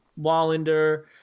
Wallander